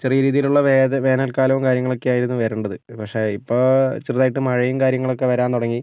ചെറിയ രീതിയിലുള്ള വേത വേനൽക്കാലവും കാര്യങ്ങളൊക്കെയായിരുന്നു വരേണ്ടത് പക്ഷേ ഇപ്പോൾ ചെറുതായിട്ട് മഴയും കാര്യങ്ങൾ ഒക്കെ വരാൻ തുടങ്ങി